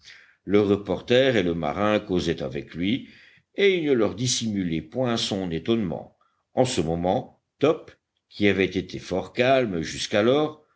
le reporter et le marin causaient avec lui et il ne leur dissimulait point son étonnement en ce moment top qui avait été fort calme jusqu'alors